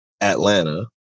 Atlanta